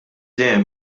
dejjem